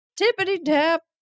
Tippity-tap